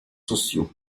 sociaux